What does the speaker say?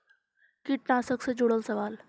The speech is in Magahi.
कीटनाशक से जुड़ल सवाल?